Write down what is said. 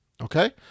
Okay